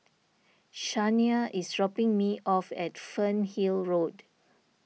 Shania is dropping me off at Fernhill Road